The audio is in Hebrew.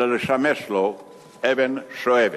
אלא לשמש לו אבן שואבת,